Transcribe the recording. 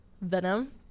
Venom